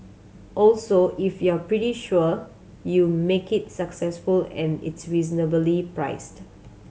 also if you're pretty sure you make it successful and it's reasonably priced